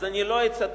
אז אני לא אצטט.